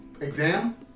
exam